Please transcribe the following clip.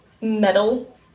metal